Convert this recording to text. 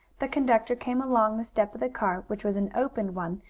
the conductor came along the step of the car, which was an open one,